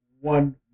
one